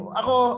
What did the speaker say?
ako